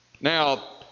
Now